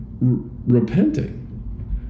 repenting